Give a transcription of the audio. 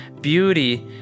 beauty